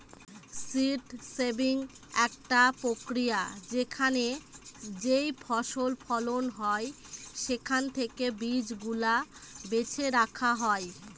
seed saving একটা প্রক্রিয়া যেখানে যেইফসল ফলন হয় সেখান থেকে বীজ গুলা বেছে রাখা হয়